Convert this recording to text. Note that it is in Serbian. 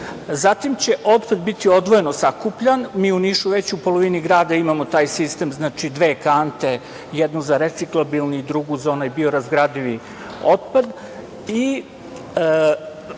Zatim će otpad biti odvojeno sakupljan. Mi u Nišu već u polovini grada imamo taj sistem. Znači, dve kante, jednu za reciklabilni, drugu za onaj biorazgradivi otpad.